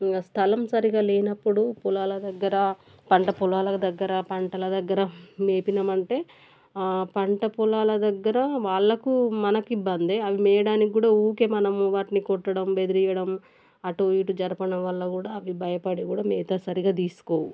ఇంకా స్థలం సరిగా లేనప్పుడు పొలాల దగ్గర పంట పొలాల దగ్గర పంటల దగ్గర మేపామంటే పంట పొలాల దగ్గర వాళ్ళకు మనకి ఇబ్బందే అవి మేయడానికి కూడా ఊరికే మనము వాటిని కొట్టడం బెదిరించడం అటు ఇటు జరపడం వల్ల కూడా అవి భయపడి కూడా మేత సరిగా తీసుకోవు